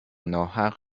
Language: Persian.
ناحق